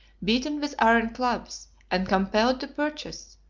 beaten with iron clubs, and compelled to purchase,